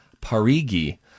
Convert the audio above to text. Parigi